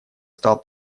стал